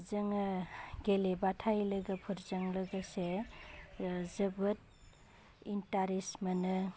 जोङो गेलेबाथाय लोगोफोरजों लोगोसे जोबोद इन्टारेस मोनो